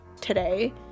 today